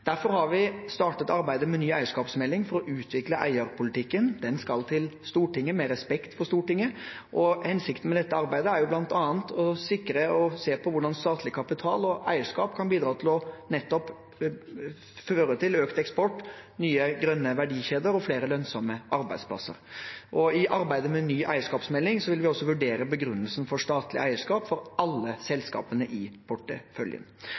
Derfor har vi startet arbeidet med ny eierskapsmelding for å utvikle eierpolitikken. Den skal til Stortinget, med respekt for Stortinget, og hensikten med dette arbeidet er bl.a. å se på hvordan statlig kapital og eierskap kan bidra til nettopp økt eksport, nye, grønne verdikjeder og flere lønnsomme arbeidsplasser. I arbeidet med ny eierskapsmelding vil vi også vurdere begrunnelsen for statlig eierskap for alle selskapene i porteføljen.